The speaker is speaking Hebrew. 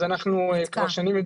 אז אנחנו כבר שנים -- זה נתקע.